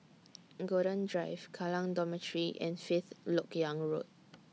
Golden Drive Kallang Dormitory and Fifth Lok Yang Road